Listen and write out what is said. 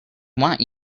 want